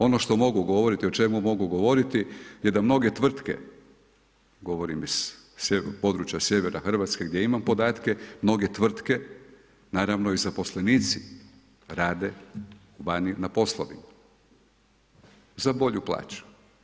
Ono što mogu govoriti i o čemu mogu govoriti je da mnoge tvrtke, govorim iz područja sjevera Hrvatske gdje imam podatke, mnoge tvrtke naravno i zaposlenici rade vani na poslovima za bolju plaću.